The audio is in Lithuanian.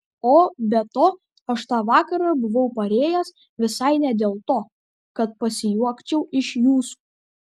o be to aš tą vakarą buvau parėjęs visai ne dėl to kad pasijuokčiau iš jūsų